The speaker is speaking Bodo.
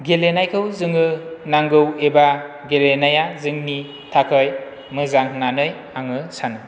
गेलेनायखौ जोङो नांगौ एबा गेलेनाया जोंनि थाखाय मोजां होननानै आङो सानो